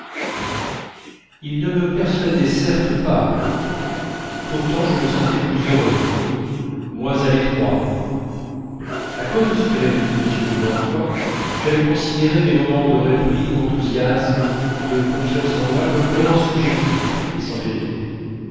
il ne me persuadait certes pas et pourtant je me sentais plus heureux moins à l'étroit à cause de ce que m'avait dit m de norpois j'avais considéré mes moments de rêverie d'enthousiasme de confiance en moi comme purement subjectifs et sans vérité